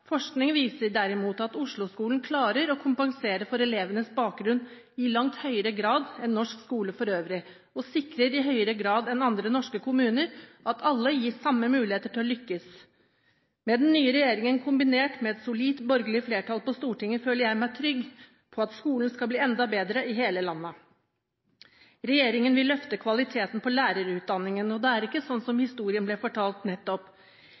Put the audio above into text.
Forskning viser at Oslo-skolen derimot klarer å kompensere for elevenes bakgrunn i langt høyere grad enn norsk skole for øvrig – og sikrer i høyere grad enn andre norske kommuner at alle gis samme muligheter til å lykkes. Med den nye regjeringen kombinert med et solid borgerlig flertall på Stortinget føler jeg meg trygg på at skolen skal bli enda bedre i hele landet. Regjeringen vil løfte kvaliteten på lærerutdanningen. Historien er ikke slik som det ble fortalt nettopp.